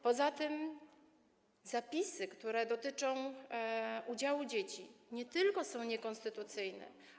Poza tym zapisy, które dotyczą udziału dzieci, nie tylko są niekonstytucyjne.